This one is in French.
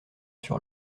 sur